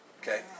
Okay